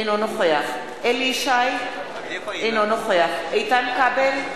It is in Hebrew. אינו נוכח אליהו ישי, אינו נוכח איתן כבל,